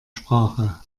sprache